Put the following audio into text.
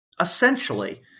Essentially